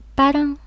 parang